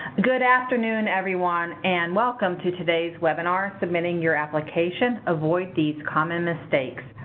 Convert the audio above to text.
good afternoon, everyone. and welcome to today's webinar, submitting your application avoid these common mistakes,